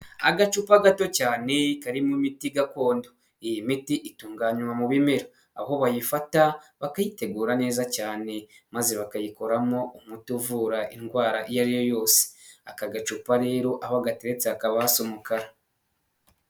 Agacupa gato cyane, karimo imiti gakondo. Iyi miti itunganywa mu bimera. Aho bayifata, bakiyitegura neza cyane, maze bakayikoramo umuti uvura indwara iyo ari yo yose. Aka gacupa rero aho gateretse hakaba hasa umukara.